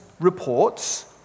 reports